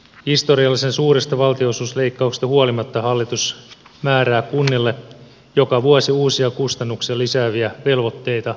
historiallisen suuresta valtionosuusleikkauksesta huolimatta hallitus määrää kunnille joka vuosi uusia kustannuksia lisääviä velvoitteita edelleenkin